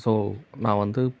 so நான் வந்து